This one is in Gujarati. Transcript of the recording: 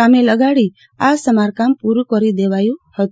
કામે લગાડી સમારકામ પૂરું કરી દેવાયું હતું